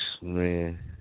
Man